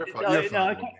No